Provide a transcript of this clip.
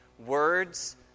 Words